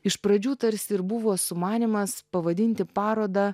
iš pradžių tarsi ir buvo sumanymas pavadinti parodą